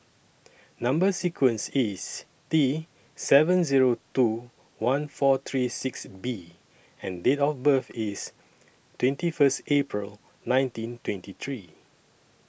Number sequence IS T seven Zero two one four three six B and Date of birth IS twenty First April nineteen twenty three